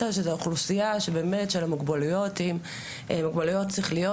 שזאת אוכלוסייה של המוגבלויות עם מוגבלויות שכליות,